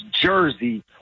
jersey